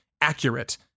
accurate